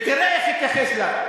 ותראה איך התייחס אליו.